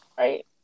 right